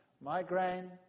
migraine